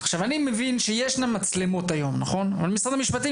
אני מבין שיש היום מצלמות אבל משרד המשפטים